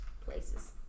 Places